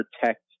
protect